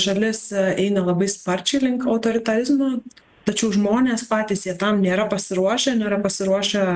šalis eina labai sparčiai link autoritarizmo tačiau žmonės patys jie tam nėra pasiruošę nėra pasiruošę